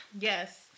Yes